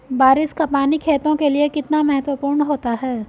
बारिश का पानी खेतों के लिये कितना महत्वपूर्ण होता है?